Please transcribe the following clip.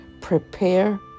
Prepare